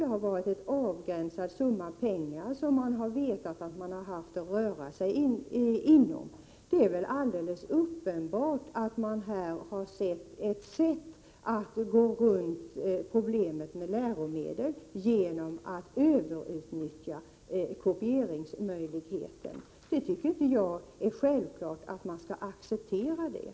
Man har vetat att man har haft att röra sig med en avgränsad summa pengar. Det är alldeles uppenbart att man här har funnit ett sätt att gå runt problemet med läromedel genom att överutnyttja kopieringsmöjligheten. Jag tycker inte att det är självklart att man skall acceptera det.